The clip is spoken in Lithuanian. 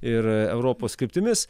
ir europos kryptimis